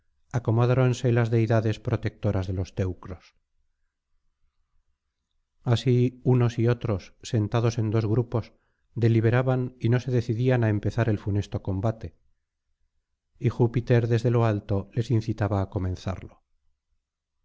acomodáronse las deidades protectoras de los teucros así unos y otros sentados en dos grupos deliberaban y no se decidían á empezar el funesto combate y júpiter desde lo alto les incitaba á comenzarlo